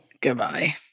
Goodbye